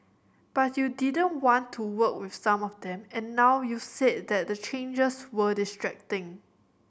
but you didn't want to work with some of them and now you've said that the changes were distracting